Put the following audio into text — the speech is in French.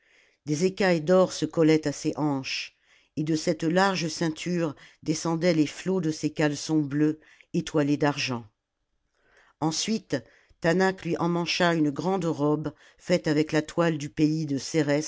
des écailles d'or se collaient à ses hanches et de cette large ceinture descendaient les flots de ses caleçons bleus étoiles d'argent ensuite taanach lui emmancha une grande robe faite avec la toile du pays des